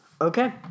Okay